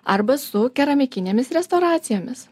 arba su keramikinėmis restauracijomis